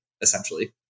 essentially